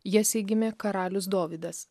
jesei gimė karalius dovydas